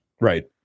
Right